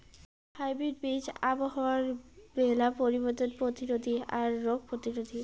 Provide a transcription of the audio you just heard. hybrid বীজ আবহাওয়ার মেলা পরিবর্তন প্রতিরোধী আর রোগ প্রতিরোধী